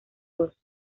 dos